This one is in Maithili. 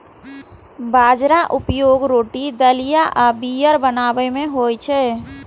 बाजराक उपयोग रोटी, दलिया आ बीयर बनाबै मे होइ छै